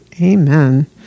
amen